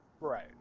right